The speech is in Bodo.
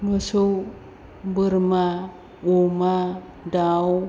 मोसौ बोरमा अमा दाउ